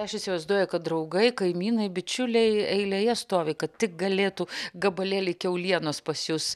aš įsivaizduoju kad draugai kaimynai bičiuliai eilėje stovi kad tik galėtų gabalėlį kiaulienos pas jus